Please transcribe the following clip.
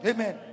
Amen